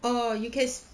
or you can s~